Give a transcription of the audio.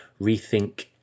Rethink